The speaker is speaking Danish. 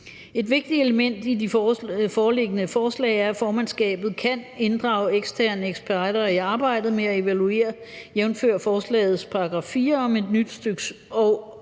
Et vigtigt element i det foreliggende forslag er, at formandskabet kan inddrage eksterne eksperter i arbejdet med at evaluere, jævnfør forslagets § 4 om et nyt stk.